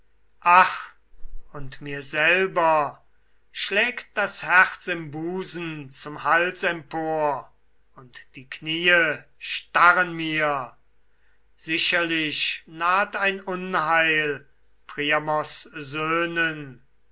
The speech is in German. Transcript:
und mir selber schlägt das herz im busen zum hals empor und die kniee starren mir sicherlich naht ein unheil priamos söhnen